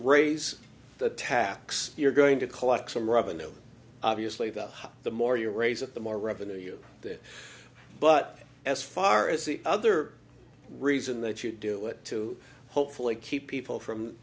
raise the tax you're going to collect some revenue obviously though the more you raise it the more revenue you that but as far as the other reason that you do it to hopefully keep people from